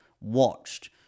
watched